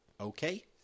Okay